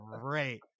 great